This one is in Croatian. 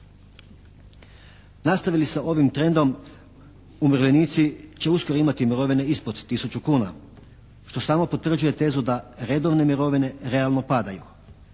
Nastavi li se s ovim trendom umirovljenici će uskoro imati mirovine ispod tisuću kuna, što samo potvrđuje tezu da redovne mirovine realno padaju.